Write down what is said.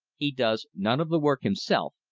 he does none of the work himself,